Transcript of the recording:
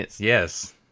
yes